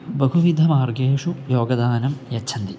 बहुविधमार्गेषु योगदानं यच्छन्ति